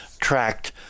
tracked